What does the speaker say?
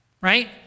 right